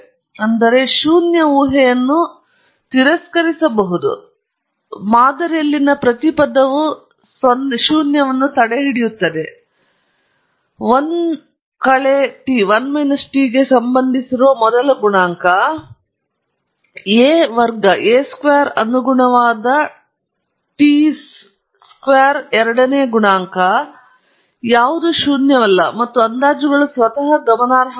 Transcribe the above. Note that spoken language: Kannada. ಅಂದರೆ ಶೂನ್ಯ ಊಹೆಯನ್ನು ತಿರಸ್ಕರಿಸಬಹುದು ನನ್ನ ಮಾದರಿಯಲ್ಲಿನ ಪ್ರತಿ ಪದವು 0 ಅನ್ನು ತಡೆಹಿಡಿಯುತ್ತದೆ 1 t ಗೆ ಸಂಬಂಧಿಸಿರುವ ಮೊದಲ ಗುಣಾಂಕ a 2 ಅನುಗುಣವಾದ t ಚದರ ಎರಡನೆಯ ಗುಣಾಂಕ ಎಲ್ಲರೂ ಶೂನ್ಯವಲ್ಲ ಅಥವಾ ಅಂದಾಜುಗಳು ಸ್ವತಃ ಗಮನಾರ್ಹವಾಗಿವೆ